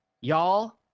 Y'all